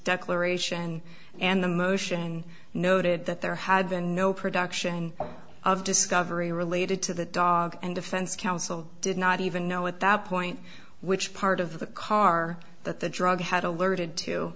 declaration and the motion noted that there had been no production of discovery related to the dog and defense counsel did not even know at that point which part of the car that the drug had alerted to